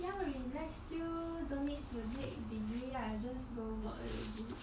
要 relax 就 don't need to take degree lah just go work already